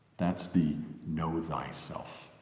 that's the know thyself.